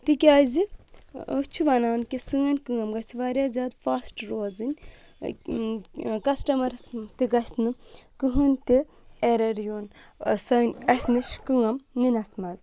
تِکیازِ أسۍ چھِ وَنان کہ سٲنۍ کٲم گَژھِ واریاہ زیادٕ فاسٹ روزٕنۍ کَسٹَمَرَس تہِ گژھِ نہٕ کٕہٲنۍ تہِ اٮ۪رَر یُن سٲنۍ اَسِہ نِش کٲم نِنَس منٛز